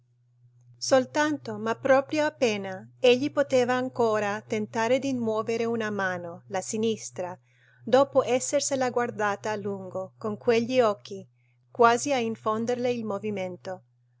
soltanto ma proprio appena egli poteva ancora tentare di muovere una mano la sinistra dopo essersela guardata a lungo con quegli occhi quasi a infonderle il movimento